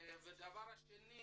שנית